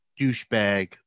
douchebag